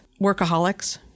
workaholics